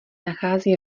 nachází